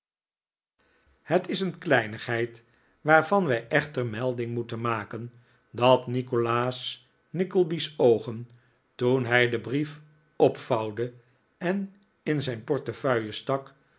het is een kleinigheid waarvan wij echter melding moeten maken dat nikolaas nickleby's oogen toen hij den brief opvouwde en in zijn portefeuille stak